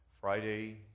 Friday